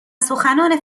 سخنان